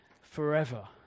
forever